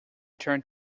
turned